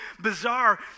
bizarre